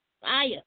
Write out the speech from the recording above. fire